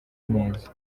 neza